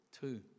two